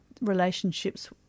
relationships